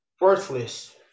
worthless